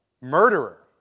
Murderer